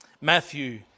Matthew